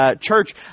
church